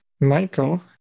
Michael